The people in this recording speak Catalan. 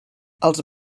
els